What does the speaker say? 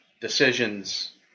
decisions